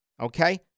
Okay